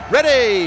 Ready